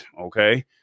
okay